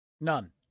None